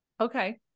Okay